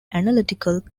analytical